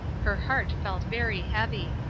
her heart felt very heavy.